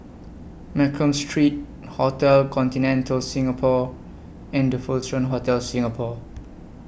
Mccallum Street Hotel Continental Singapore and The Fullerton Hotel Singapore